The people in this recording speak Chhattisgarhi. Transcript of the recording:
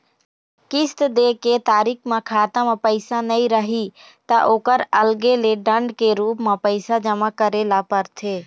किस्त दे के तारीख म खाता म पइसा नइ रही त ओखर अलगे ले दंड के रूप म पइसा जमा करे ल परथे